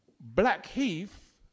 Blackheath